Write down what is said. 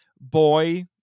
boy